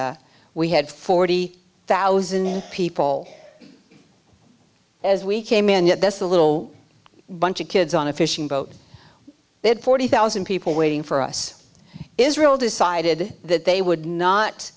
gaza we had forty thousand people as we came in yet this a little bunch of kids on a fishing boat they had forty thousand people waiting for us israel decided that they would not